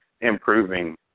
improving